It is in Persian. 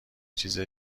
چیز